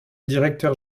directeur